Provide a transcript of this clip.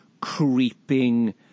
creeping